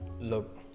look